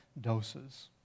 doses